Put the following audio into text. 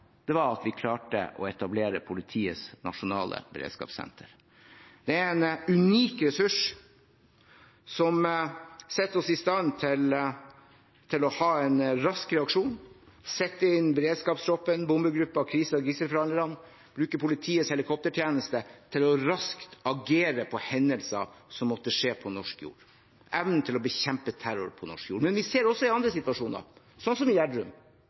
at vi klarte å etablere Politiets nasjonale beredskapssenter. Det er en unik ressurs, som setter oss i stand til å ha en rask reaksjon, sette inn beredskapstroppen, bombegruppen, krise- og gisselforhandlerne, bruke politiets helikoptertjeneste til raskt å agere på hendelser som måtte skje på norsk jord – evnen til å bekjempe terror på norsk jord. Men vi ser det også i andre situasjoner, sånn som i